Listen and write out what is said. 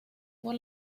por